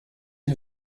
une